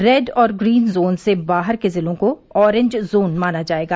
red और green zone से बाहर के जिलों को ऑरेंज जोन माना जाएगा